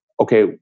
Okay